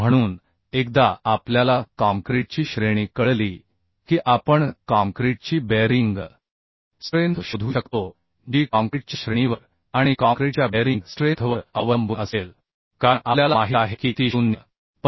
म्हणून एकदा आपल्याला काँक्रीटची श्रेणी कळली की आपण काँक्रीटची बेअरिंग स्ट्रेंथ शोधू शकतो जी काँक्रीटच्या श्रेणीवर आणि काँक्रीटच्या बेअरिंग स्ट्रेंथवर अवलंबून असेल कारण आपल्याला माहित आहे की ती 0